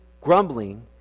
grumbling